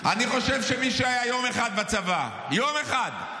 אני חושב שמי שהיה יום אחד בצבא, יום אחד,